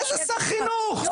איזה שר חינוך איזה?